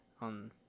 On